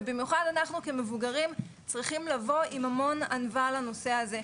ובמיוחד אנחנו כמבוגרים צריכים לבוא עם המון ענווה לנושא הזה.